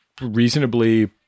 reasonably